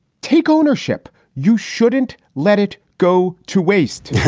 take ownership. you shouldn't let it go to waste.